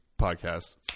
podcast